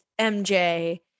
MJ